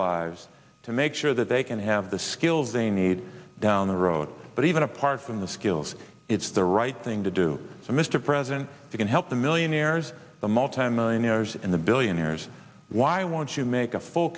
lives to make sure that they can have the skills they need down the road but even apart from the skills it's the right thing to do so mr president you can help the millionaires the multimillionaires and the billionaires why won't you make a full